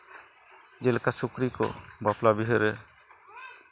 ᱡᱮᱞᱮᱠᱟ ᱥᱩᱠᱨᱤ ᱠᱚ ᱵᱟᱯᱞᱟ ᱵᱤᱡᱟᱹᱨᱮ